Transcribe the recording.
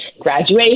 graduation